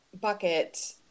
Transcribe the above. bucket